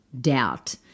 doubt